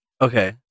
Okay